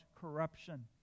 corruption